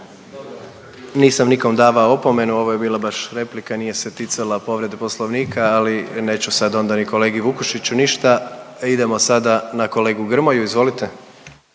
Nisam nikom davao opomenu ovo je bilo baš replika nije se ticala povrede poslovnika, ali neću sad onda ni kolegi Vukušiću ništa. Idemo sada na kolegu Grmoju, izvolite.